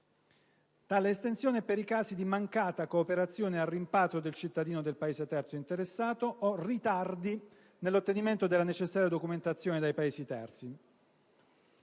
aggravato) per i casi di mancata cooperazione al rimpatrio del Paese terzo interessato o ritardi nell'ottenimento della necessaria documentazione dai Paesi terzi.